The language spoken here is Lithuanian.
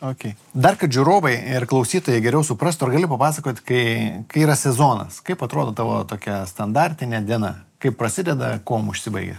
okei dar kad žiūrovai ir klausytojai geriau suprastų ar gali papasakot kai kai yra sezonas kaip atrodo tavo tokia standartinė diena kaip prasideda kuom užsibaigia